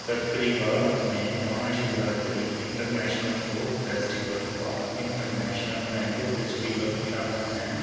تقریبات میں Maha Shivratri international folk festival اور انٹرنیشنل مینگو فیسٹول شامل ہیں